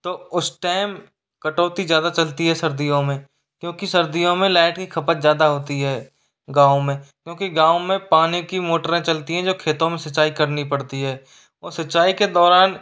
तो उस टाइम कटौती ज़्यादा चलती है सर्दियों में क्योंकि सर्दियों में लाइट की खपत ज़्यादा होती है गांव में क्योंकि गांव में पानी की मोटरें चलती हैं जो खेतों में सिंचाई करनी पड़ती है और सिंचाई के दौरान